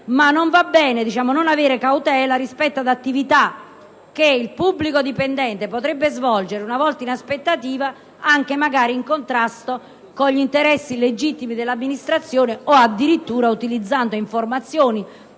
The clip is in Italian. della necessaria cautela rispetto ad attività che il pubblico dipendente potrebbe svolgere una volta in aspettativa, magari anche in contrasto con gli interessi legittimi dell'amministrazione oppure utilizzando informazioni, posizioni